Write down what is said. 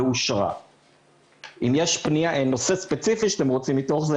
אלא למשל מישהו שקיבל הבטחת הכנסה שזה